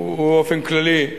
באופן כללי,